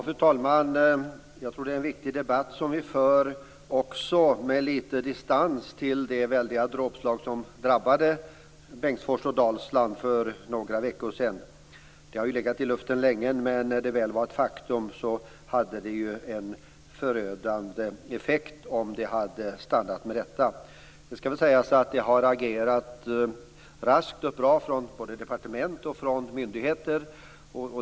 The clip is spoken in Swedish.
Fru talman! Jag tror att det är en viktig debatt som vi för, också med lite distans till det väldiga dråpslag som drabbade Bengtsfors och Dalsland för några veckor sedan. Det har legat i luften länge. Men när det väl var ett faktum hade det haft en förödande effekt om det stannat med detta. Nu skall det sägas att det har agerats raskt och bra både från departement och myndigheter.